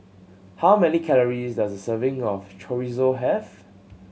how many calories does a serving of Chorizo have